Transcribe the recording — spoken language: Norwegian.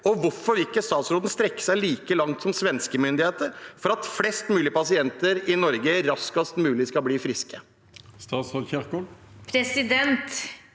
Hvorfor vil ikke statsråden strekke seg like langt som svenske myndigheter for at flest mulig pasienter i Norge raskest mulig skal bli friske?